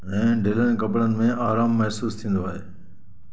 ऐं ढिल्लनि कपड़नि में आरामु महिसूसु थींदो आहे